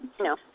No